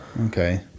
Okay